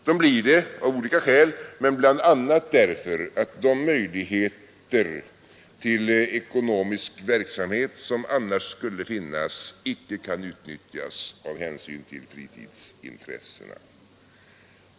De blir det av olika skäl men bl.a. därför att de möjligheter till ekonomisk verksamhet som annars skulle finnas icke kan utnyttjas, av hänsyn till fritidsintressena.